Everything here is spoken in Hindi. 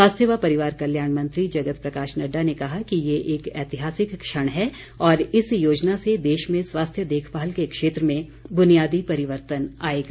स्वास्थ्य व परिवार कल्याण मंत्री जगत प्रकाश नड्डा ने कहा कि ये एक ऐतिहासिक क्षण है और इस योजना से देश में स्वास्थ्य देखभाल के क्षेत्र में बुनियादी परिवर्तन आएगा